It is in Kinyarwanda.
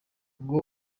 ngo